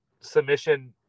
submission